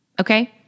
okay